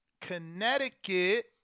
Connecticut